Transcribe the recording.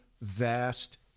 vast